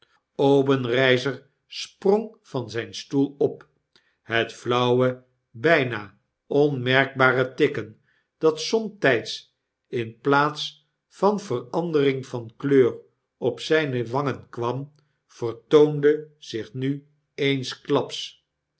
obenreizer sprong van zgn stoel op het flauwe bgna onmerkbare tikken dat somtgds in plaats van verandering van kleur op zgne wangen kwam vertoonde zich nu eensklaps